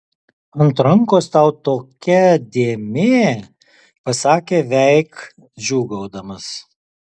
ant rankos tau tokia dėmė pasakė veik džiūgaudamas